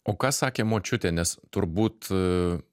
o ką sakė močiutė nes turbūt